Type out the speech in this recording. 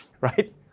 right